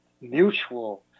mutual